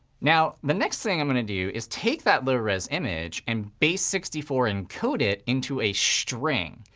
now, the next thing i'm going to do is take that low res image and base sixty four encode it into a string.